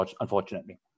unfortunately